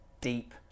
deep